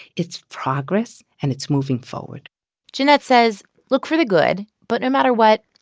it's progress, and it's moving forward jeanette says look for the good, but no matter what,